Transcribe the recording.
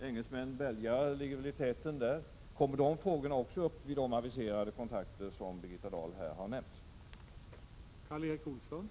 Engelsmän och belgare ligger väl i täten där. Kommer de frågorna också upp vid de kontakter som Birgitta Dahl här har aviserat?